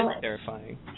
terrifying